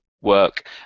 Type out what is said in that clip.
work